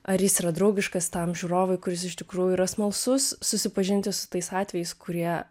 ar jis yra draugiškas tam žiūrovui kuris iš tikrųjų yra smalsus susipažinti su tais atvejais kurie